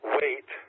wait